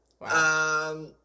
Wow